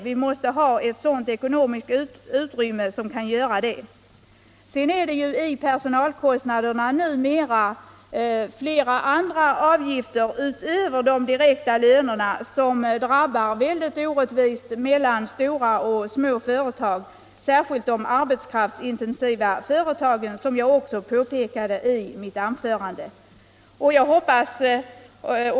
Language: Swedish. Vi måste ha ekonomiskt utrymme för höga löner. I personalkostnaderna ligger numera utöver de direkta lönerna flera olika avgifter som drabbar stora och små företag väldigt olika. Särskilt besvärligt är det för de arbetskraftsintensiva företagen, vilket jag också påpckade i mitt förra anförande.